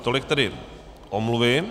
Tolik tedy omluvy.